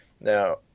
Now